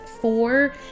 four